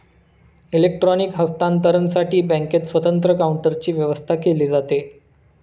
electronic हस्तांतरणसाठी बँकेत स्वतंत्र काउंटरची व्यवस्था केली जाते